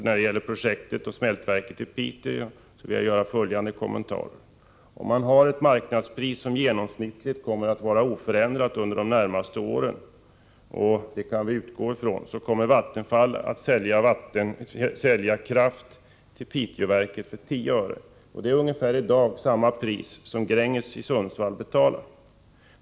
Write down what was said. När det gäller smältverket i Piteå vill jag göra följande kommentarer. Om marknadspriset genomsnittligt kommer att vara oförändrat under de närmaste åren — och det kan vi utgå från — kommer Vattenfall att sälja kraft till Piteåverket för 10 öre. Det är ungefär samma pris som Gränges i Sundsvall betalar i dag.